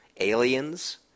aliens –